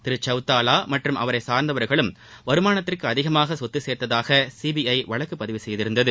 திரு சௌதாளா மற்றும் அவரை சார்ந்தவர்களும் வருமானத்திற்கு அதிகமாக சொத்து சேர்த்ததாக சிபிஐ வழக்கு பதிவு செய்திருந்தது